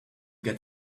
get